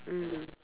mm